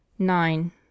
nine